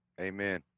Amen